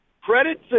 Credit